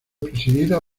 presidida